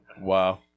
Wow